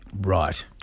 Right